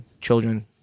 children